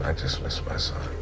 ah just miss my son.